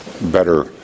better